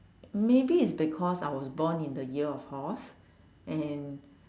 maybe is because I was born in the year of horse and